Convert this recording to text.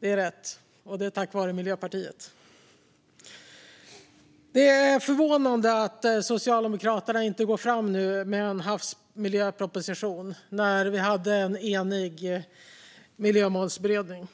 Det är rätt, och det är tack vare Miljöpartiet. Det är förvånande att Socialdemokraterna inte går fram med en havsmiljöproposition när vi hade en enig miljömålsberedning.